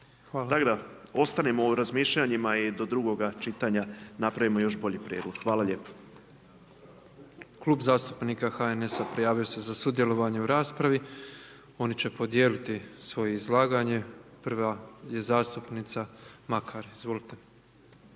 Tako da ostanimo u razmišljanjima i do drugoga čitanja, napravimo još bolji prijedlog. Hvala lijepo. **Petrov, Božo (MOST)** Klub zastupnika HNS-a, prijavio se za sudjelovanje u raspravi, oni će podijeliti svoje izlaganje, prva je zastupnica Makar. Izvolite.